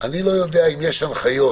אני לא יודע אם יש הנחיות.